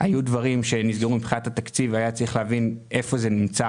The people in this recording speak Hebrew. היו דברים שמבחינת התקציב היה צריך להבין היכן זה נמצא